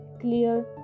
clear